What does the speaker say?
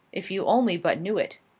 if you only but knew it.